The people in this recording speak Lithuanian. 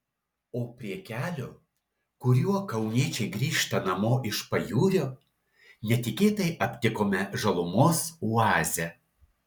o prie kelio kuriuo kauniečiai grįžta namo iš pajūrio netikėtai aptikome žalumos oazę